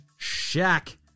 Shaq